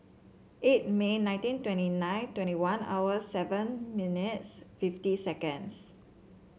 eight May nineteen twenty nine twenty one hours seven minutes fifty seconds